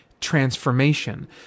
transformation